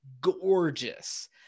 gorgeous